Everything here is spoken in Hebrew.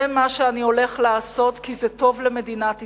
זה מה שאני הולך לעשות, כי זה טוב למדינת ישראל.